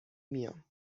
میام